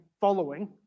following